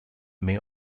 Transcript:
may